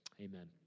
amen